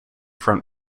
front